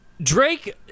Drake